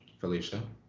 Felicia